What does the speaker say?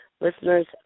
Listeners